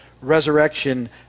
resurrection